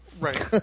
Right